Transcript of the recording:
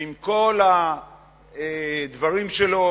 ועם כל הדברים שלו,